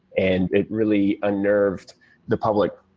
and it really unnerved the public.